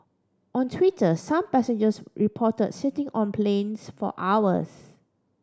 on Twitter some passengers report sitting on planes for hours